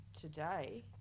today